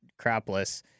crapless